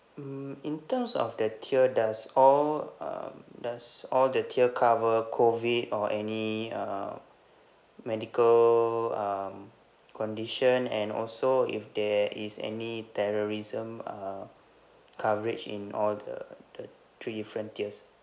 mm in terms of the tier does all um does all the tier cover COVID or any uh medical um condition and also if there is any terrorism uh coverage in all the the three different tiers